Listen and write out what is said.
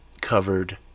covered